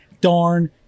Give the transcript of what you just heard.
darn